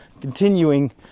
continuing